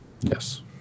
Yes